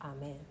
Amen